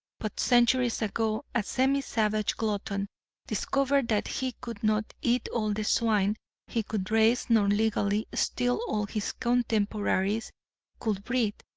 but centuries ago, a semi-savage glutton discovered that he could not eat all the swine he could raise nor legally steal all his contemporaries could breed,